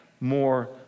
more